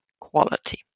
quality